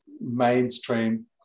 mainstream